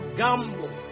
gamble